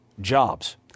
jobs